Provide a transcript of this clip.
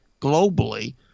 globally